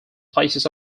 places